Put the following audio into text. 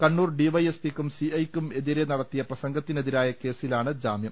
കണ്ണൂർ ഡിവൈഎസ്പിക്കും സി ഐക്കും എതിരെ നടത്തിയ പ്രസംഗത്തിനെതിരായ കേസിലാണ് ജാമ്യം